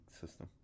system